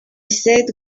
said